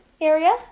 area